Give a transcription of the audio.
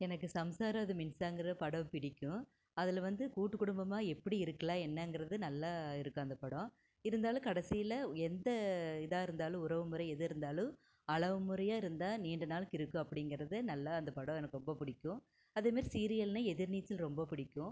எனக்கு சம்சாரம் அது மின்சாங்கிற படம் பிடிக்கும் அதில் வந்து கூட்டு குடும்பமா எப்படி இருக்கலாம் என்னாங்கறது நல்லா இருக்கும் அந்த படம் இருந்தாலும் கடைசில எந்த இதாக இருந்தாலும் உறவு முறை எது இருந்தாலும் அளவு முறையாக இருந்தால் நீண்ட நாள்க்கு இருக்கும் அப்படிங்கறது நல்லா அந்த படம் எனக்கு ரொம்ப பிடிக்கும் அது மாரி சீரியல்னா எதிர் நீச்சல் ரொம்ப பிடிக்கும்